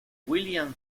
william